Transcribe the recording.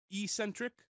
eccentric